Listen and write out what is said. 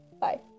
Bye